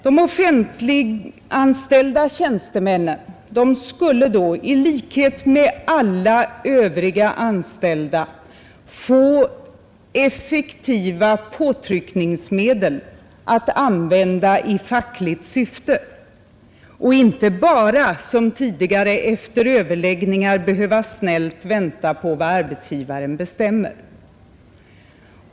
De offentliganställda tjänstemännen skulle i likhet med övriga anställda få effektiva påtryckningsmedel att använda i fackligt syfte och inte bara som tidigare efter överläggningar behöva snällt vänta på vad arbetsgivaren bestämmer.